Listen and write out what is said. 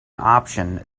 option